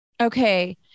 Okay